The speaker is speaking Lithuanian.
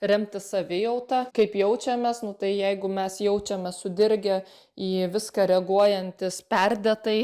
remtis savijauta kaip jaučiamės nu tai jeigu mes jaučiame sudirgę į viską reaguojantys perdėtai